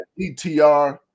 ETR